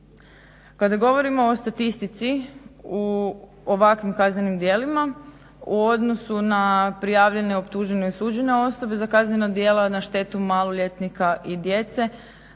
Kada govorimo o statistici u ovakvim kaznenim djelima u odnosu na prijavljene, optužene i osuđene osobe za kaznena djela na štetu maloljetnika i djece